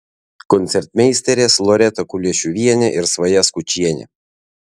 koncertmeisterės loreta kuliešiuvienė ir svaja skučienė